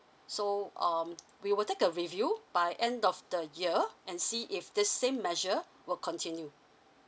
so um we will take a review by end of the year and see if these same measure will continue